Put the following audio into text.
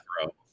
throw